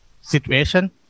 situation